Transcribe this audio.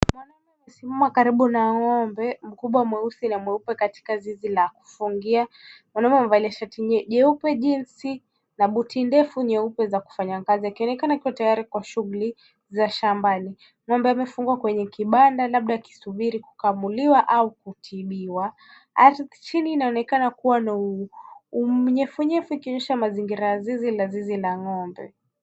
Mwanaume amesimama karibu na ng'ombe mkubwa, mweupe na mweusi katika zizi la kufungia. Mwanaume amevalia shati jeupe jinsi na buti nyeupe ndefu ya mfanyakazi. Anaonekana akiwa tayari kwa shughuli za shambani. Ng'ombe amefungwa kwwnye kibanda labda akisubiri kukamuliwa au kutibiwa. Ardhi chini inaonekana kuwa na unyevunyevu ikionyesha mazingira ya zizi la ng'ombe.